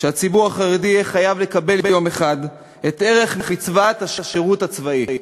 שהציבור החרדי יהיה חייב לקבל יום אחד את ערך מצוות השירות הצבאי,